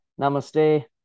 namaste